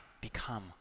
become